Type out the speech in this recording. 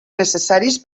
necessaris